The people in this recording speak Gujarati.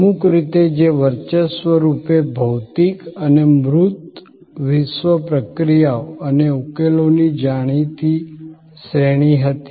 અમુક રીતે જે વર્ચસ્વરૂપે ભૌતિક અને મૂર્ત વિશ્વ પ્રક્રિયાઓ અને ઉકેલોની જાણીતી શ્રેણી હતી